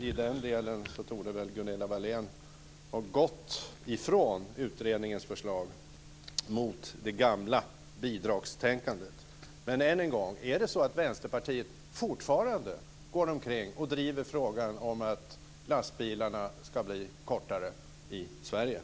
I den delen torde Gunilla Wahlén ha gått ifrån utredningens förslag och mot det gamla bidragstänkandet.